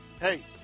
hey